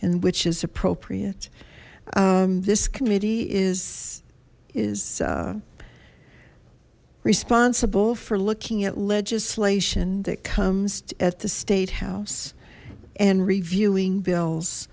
and which is appropriate this committee is is responsible for looking at legislation that comes at the statehouse and reviewing bills